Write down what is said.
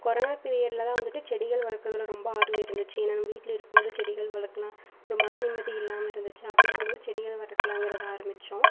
corona பீரியடில் தான் வந்துட்டு செடிகள் வளர்க்குறதுல ரொம்ப ஆர்வம் இருந்துச்சு நான் வீட்டில் இருக்கும் போது செடிகள் வளர்க்கலாம் ஒரு மனநிம்மதி இல்லாமல் இருந்துச்சு அப்படி இருக்கும் போது செடிகள் வளர்க்குலாங்குறத ஆரம்பித்தோம்